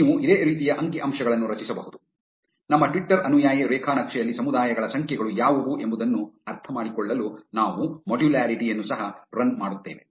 ನೀವು ಇದೇ ರೀತಿಯ ಅಂಕಿಅಂಶಗಳನ್ನು ರಚಿಸಬಹುದು ನಮ್ಮ ಟ್ವಿಟರ್ ಅನುಯಾಯಿ ರೇಖಾನಕ್ಷೆಯಲ್ಲಿ ಸಮುದಾಯಗಳ ಸಂಖ್ಯೆಗಳು ಯಾವುವು ಎಂಬುದನ್ನು ಅರ್ಥಮಾಡಿಕೊಳ್ಳಲು ನಾವು ಮಾಡ್ಯುಲಾರಿಟಿ ಯನ್ನು ಸಹ ರನ್ ಮಾಡುತ್ತೇವೆ